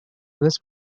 was